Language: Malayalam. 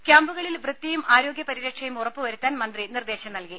ക്യാമ്പുകളിൽ വൃത്തിയും ആരോഗ്യപരിരക്ഷയും ഉറപ്പുവരുത്താൻ മന്ത്രി നിർദ്ദേശം നൽകി